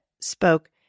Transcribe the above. spoke